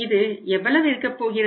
இது எவ்வளவு இருக்கப்போகிறது